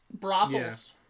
Brothels